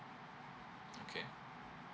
okay